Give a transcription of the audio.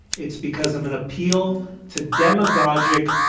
it's because of an appeal to demagogic,